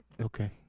Okay